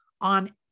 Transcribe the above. on